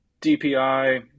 DPI